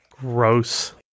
Gross